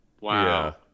Wow